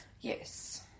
Yes